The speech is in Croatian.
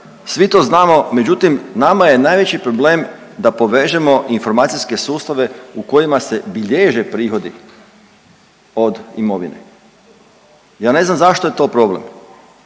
svi to znamo, međutim, nama je najveći problem da povežemo informacijske sustave u kojima se bilježe prihodi od imovine. Ja ne znam zašto je to problem.